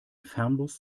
fernbus